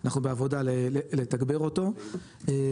אנחנו בעבודה לתגבר אותו ושוב,